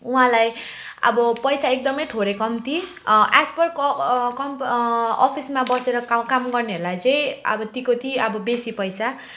उहाँलाई अब पैसा एकदमै थोरै कम्ती एज पर क कम्प अफिसमा बसेर का काम गर्नेहरूलाई चाहिँ अब त्यहीँको त्यहीँ अब बेसी पैसा